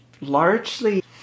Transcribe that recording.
largely